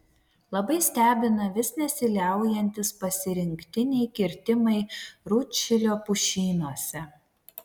labai stebina vis nesiliaujantys pasirinktiniai kirtimai rūdšilio pušynuose